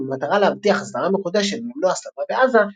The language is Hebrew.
במטרה להבטיח הסדרה מחודשת ולמנוע הסלמה בעזה,